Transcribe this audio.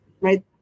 right